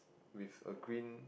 with a green